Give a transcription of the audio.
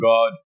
God